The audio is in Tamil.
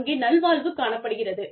அங்கே நல்வாழ்வு காணப்படுகிறது